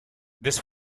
this